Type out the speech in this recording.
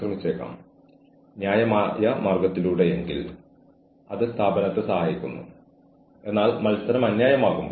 പക്ഷേ സഹായത്തിനായി വരുന്ന വ്യക്തിയെ സഹായിക്കാൻ നമ്മളാൽ കഴിയുന്നതെല്ലാം ചെയ്യണം